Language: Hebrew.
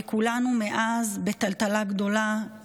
וכולנו בטלטלה גדולה מאז,